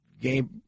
game